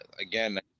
again